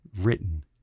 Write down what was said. written